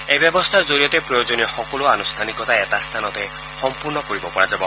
এই ব্যৱস্থাৰ জৰিয়তে প্ৰয়োজনীয় সকলো আনুষ্ঠানিকতা এটা স্থানতে সম্পন্ন কৰিব পৰা যাব